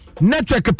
Network